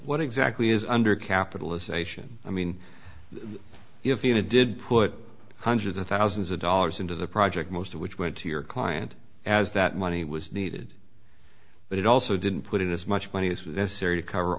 what exactly is under capitalization i mean if you did put hundreds of thousands of dollars into the project most of which went to your client as that money was needed but it also didn't put in as much money as